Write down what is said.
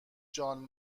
جان